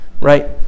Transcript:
right